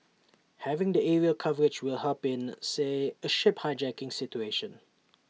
having the aerial coverage will help in say A ship hijacking situation